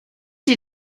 die